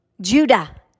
Judah